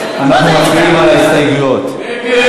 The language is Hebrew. מיכל